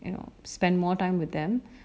and spend more time with them